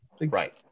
Right